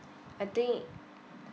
I think